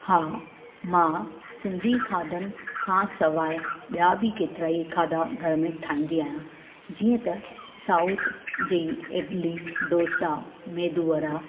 हा मां सिंधी खाधनि खां सवाए ॿिया बि केतिरा ई खाधा घर में ठाहींदी आहियां जीअं त साउथ जी इडली ढोसा मेदू वड़ा